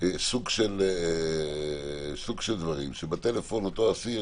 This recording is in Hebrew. סוג של דברים, שבטלפון אותו אסיר